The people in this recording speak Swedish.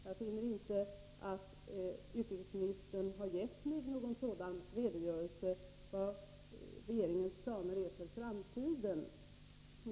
Jag finner inte att urikesministern har givit mig någon redogörelse för vilka regeringens planer är för framtiden.